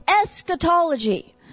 eschatology